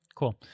Cool